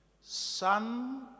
son